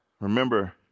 Remember